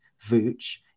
Vooch